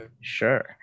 Sure